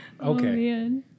Okay